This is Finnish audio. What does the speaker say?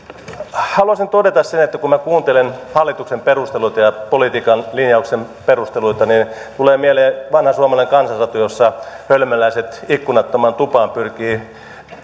haluaisin todeta sen että kun minä kuuntelen hallituksen perusteluita ja ja politiikan linjauksen perusteluita niin tulee mieleen vanha suomalainen kansansatu jossa hölmöläiset ikkunattomaan tupaan pyrkivät